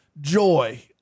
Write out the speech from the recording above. joy